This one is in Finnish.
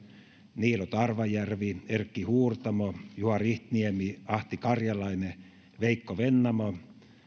niilo tarvajärvi erkki huurtamo juha rihtniemi ahti karjalainen veikko vennamo